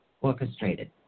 orchestrated